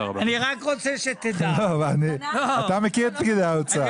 אתה מכיר את פקידי האוצר.